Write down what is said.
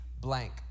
blank